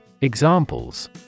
Examples